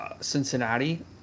Cincinnati